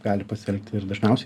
gali pasielgti ir dažniausiai